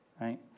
right